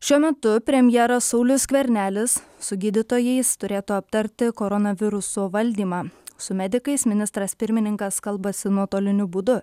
šiuo metu premjeras saulius skvernelis su gydytojais turėtų aptarti koronaviruso valdymą su medikais ministras pirmininkas kalbasi nuotoliniu būdu